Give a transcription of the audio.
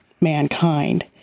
mankind